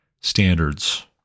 standards